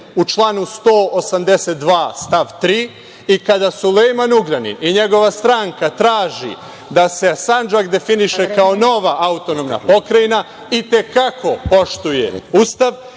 u članu 182. stav 3. i kada Sulejman Ugljanin i njegova stranka traže da se Sandžak definiše kao nova autonomna pokrajina, i te kako poštuje Ustav,